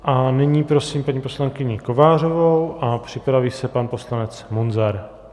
A nyní prosím paní poslankyni Kovářovou a připraví se pan poslanec Munzar.